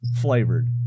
flavored